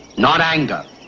not anger.